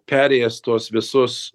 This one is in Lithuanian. perėjęs tuos visus